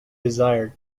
desired